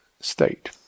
state